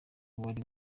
wari